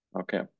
Okay